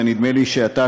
ונדמה לי שאתה,